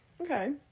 Okay